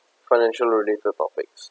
financial related topics